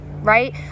right